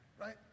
right